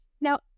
Now